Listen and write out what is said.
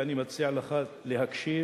ואני מציע לך להקשיב,